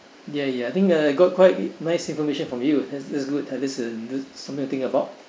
ya ya I think uh got quite nice information from you that's that's good at least uh something to think about